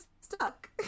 stuck